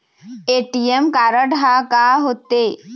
ATM card हा का होते?